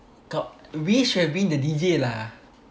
we should have been the D_J lah